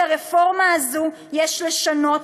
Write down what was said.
את הרפורמה הזו יש לשנות,